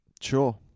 Sure